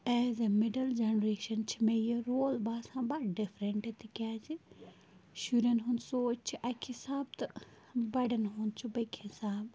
as اےٚ middle generation چھِ مےٚ یہِ رول باسان بَڑ ڈِفرَنٛٹ تِکیٛازِ شُرٮ۪ن ہُنٛد سونٛچ چھِ اَکہِ حسابہٕ تہٕ بَڑٮ۪ن ہُند چھُ بیٚیہِ کہِ حساب